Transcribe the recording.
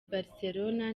barcelona